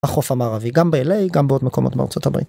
החוף המערבי, גם ב-LA, גם בעוד מקומות בארצות הברית.